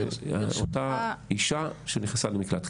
לאותה אישה שנכנסה למקלט.